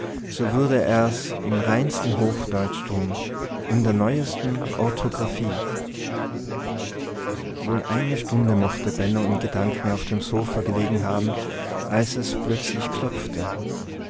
so würde er's im reinsten hochdeutsch tun in der neuesten orthographie wohl eine stunde mochte benno in gedanken auf dem sofa gelegen haben als es plötzlich klopfte